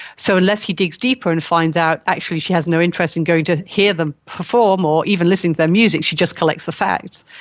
so unless he digs deeper and finds out actually she has no interest in going to hear them perform or even listening to their music, she just collects the facts,